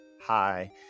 hi